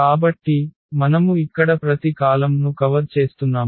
కాబట్టి మనము ఇక్కడ ప్రతి కాలమ్ను కవర్ చేస్తున్నాము